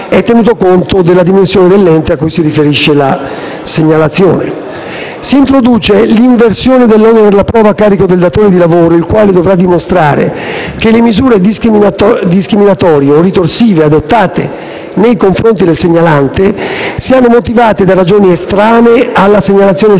Si introduce l'inversione dell'onere della prova a carico del datore di lavoro, il quale dovrà dimostrare che le misure discriminatorie o ritorsive, adottate nei confronti del segnalante, siano motivate da ragioni estranee alla segnalazione stessa,